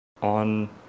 on